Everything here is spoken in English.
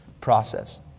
process